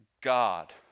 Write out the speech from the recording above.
God